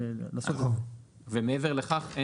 מעבר לכך,